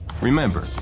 Remember